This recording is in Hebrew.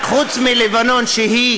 חוץ מלבנון, שהיא